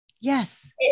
yes